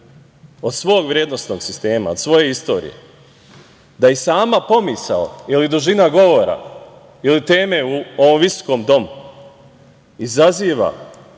od svog vrednosnog sistema, od svoje istorije, da i sama pomisao ili dužina govora ili teme u ovom Visokom domu izaziva